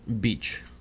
beach